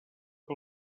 que